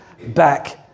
back